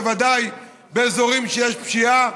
בוודאי באזורים שיש בהם פשיעה,